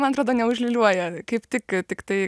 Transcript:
man atrodo neužliūliuoja kaip tik tiktai